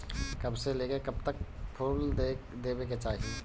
कब से लेके कब तक फुल देवे के चाही?